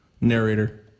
Narrator